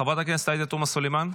חברת הכנסת עאידה תומא סלימאן?